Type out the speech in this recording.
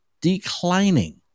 declining